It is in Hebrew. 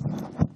כבוד השרה,